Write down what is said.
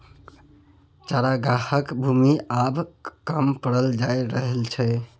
चरागाहक भूमि आब कम पड़ल जा रहल छै